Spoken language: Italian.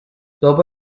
dopo